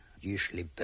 usually